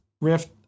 Rift